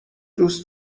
دوست